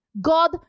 God